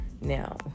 Now